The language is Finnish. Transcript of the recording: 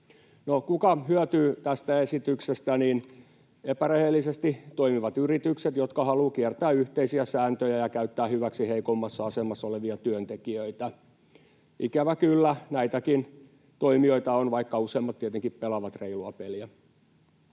kuka hyötyy tästä esityksestä? Epärehellisesti toimivat yritykset, jotka haluavat kiertää yhteisiä sääntöjä ja käyttää hyväksi heikoimmassa asemassa olevia työntekijöitä. Ikävä kyllä näitäkin toimijoita on, vaikka useimmat tietenkin pelaavat reilua peliä.